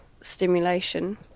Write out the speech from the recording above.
stimulation